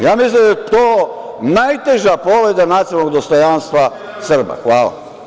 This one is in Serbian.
Ja mislim da je to najteža povreda nacionalnog dostojanstva Srba. hvala.